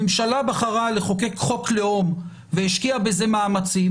הממשלה בחרה לחוקק חוק לאום ולהשקיע בזה מאמצים,